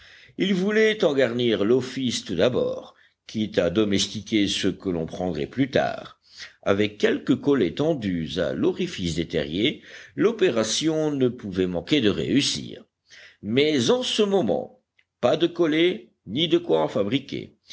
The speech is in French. il voulait en garnir l'office tout d'abord quitte à domestiquer ceux que l'on prendrait plus tard avec quelques collets tendus à l'orifice des terriers l'opération ne pouvait manquer de réussir mais en ce moment pas de collets ni de quoi en fabriquer